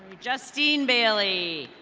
justine bailey.